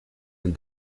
and